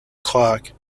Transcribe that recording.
clark